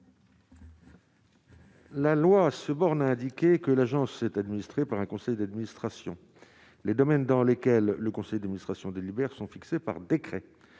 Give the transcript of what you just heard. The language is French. La loi se borne à indiquer que l'agence est administrée par un conseil d'administration, les domaines dans lesquels le conseil d'administration de l'hiver sont fixées par décret